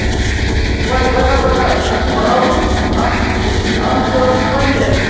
اورٕ پَکان پَکان یِتھُے بہٕ آوُس اَتھ اَتھ گوٚو اَکھ پَنٛچَر